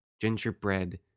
Gingerbread